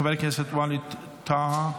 חבר הכנסת ווליד טאהא,